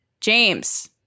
James